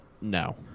no